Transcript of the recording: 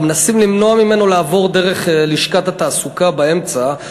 אנחנו מנסים למנוע ממנו לעבור דרך לשכת התעסוקה באמצע,